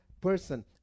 person